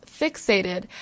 fixated